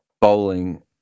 bowling